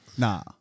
Nah